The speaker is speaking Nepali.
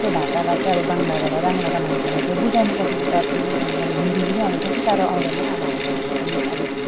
त्यो भाषालाई चाहिँ अब बङ्गलाबाट बङ्गलाका मान्छेहरूलाई चाहिँ बुझाउनु कोसिस गर्छु अनि अब हिन्दी पनि अब त्यति साह्रो आउँदैन हामी यहाँको नेपाली